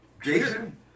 Jason